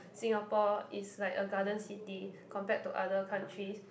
Singapore is like a garden city compared to other countries